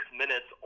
minutes